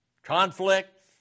Conflicts